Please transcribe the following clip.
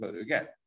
again